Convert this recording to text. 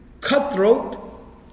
cutthroat